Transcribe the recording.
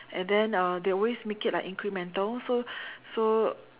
and then uh they always make it like incremental so so